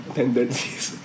tendencies